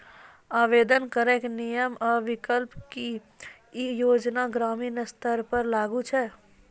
आवेदन करैक नियम आ विकल्प? की ई योजना ग्रामीण स्तर पर लागू छै?